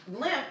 limp